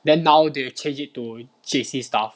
then now they changed it to J_C style